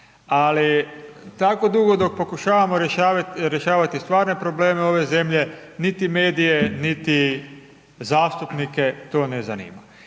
Ali tako dugo dok pokušavamo rješavati stvarne probleme ove zemlje niti medije, niti zastupnike to ne zanima.